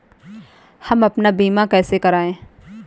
हम अपना बीमा कैसे कराए?